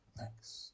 next